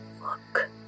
Look